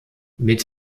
mit